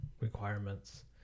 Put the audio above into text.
requirements